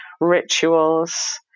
rituals